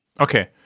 Okay